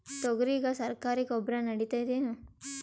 ತೊಗರಿಗ ಸರಕಾರಿ ಗೊಬ್ಬರ ನಡಿತೈದೇನು?